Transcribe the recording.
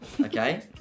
Okay